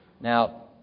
Now